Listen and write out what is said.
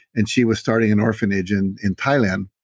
and she was starting an orphanage in in thailand.